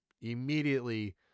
Immediately